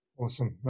awesome